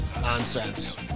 nonsense